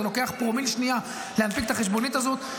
זה לוקח פרומיל שנייה להנפיק את החשבונית הזאת.